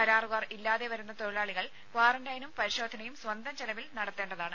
കരാറുകാർ ഇല്ലാതെ വരുന്ന തൊഴിലാളികൾ ക്വാറന്റൈനും പരിശോധനയും സ്വന്തം ചെലവിൽ നടത്തേണ്ടതാണ്